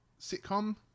sitcom